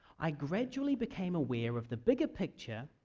i gradually became aware of the bigger picture